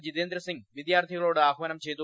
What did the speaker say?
ജിതേന്ദ്രസിംഗ് വിദ്യാർത്ഥികളോട് ആഹാനം ചെയ്തു